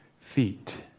feet